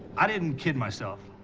i didn't kid myself.